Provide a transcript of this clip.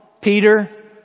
Peter